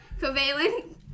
covalent